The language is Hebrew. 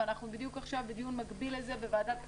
ואנחנו עכשיו בדיון מקביל על זה בוועדת הכספים,